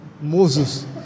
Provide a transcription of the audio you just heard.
Moses